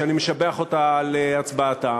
שאני משבח אותה על הצבעתה,